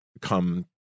come